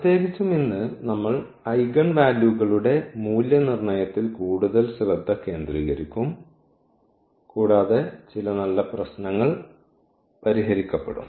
പ്രത്യേകിച്ചും ഇന്ന് നമ്മൾ ഐഗൻ വാല്യൂകളുടെ മൂല്യനിർണ്ണയത്തിൽ കൂടുതൽ ശ്രദ്ധ കേന്ദ്രീകരിക്കും കൂടാതെ ചില നല്ല പ്രശ്നങ്ങൾ പരിഹരിക്കപ്പെടും